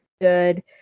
good